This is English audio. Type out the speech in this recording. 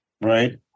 Right